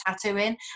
tattooing